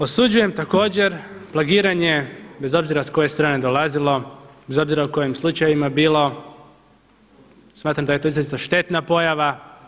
Osuđujem također plagiranje bez obzira sa koje strane dolazilo, bez obzira o kojim slučajevima bilo, smatram da je to izrazito štetna pojava.